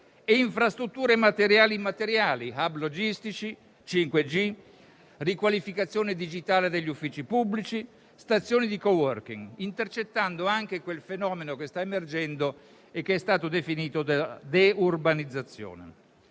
e infrastrutture materiali e immateriali, *hub* logistici, 5G, riqualificazione digitale degli uffici pubblici, stazioni di *coworking*, intercettando anche quel fenomeno che sta emergendo e che è stato definito deurbanizzazione.